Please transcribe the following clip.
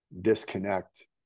disconnect